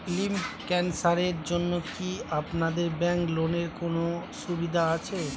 Lymph ক্যানসারের জন্য কি আপনাদের ব্যঙ্কে লোনের কোনও সুবিধা আছে?